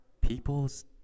people's